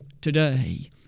Today